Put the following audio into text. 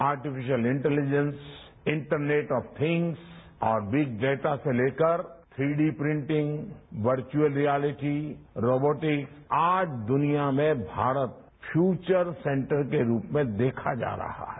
artificial intelligence internet of things और big data से लेकर three D printing virtual reality robotics आज दुनिया में भारत फ्यूचर सेंटर के रूप में देखा जा रहा है